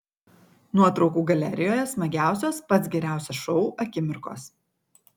nuotraukų galerijoje smagiausios pats geriausias šou akimirkos